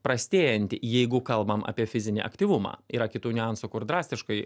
prastėjanti jeigu kalbam apie fizinį aktyvumą yra kitų niuansų kur drastiškai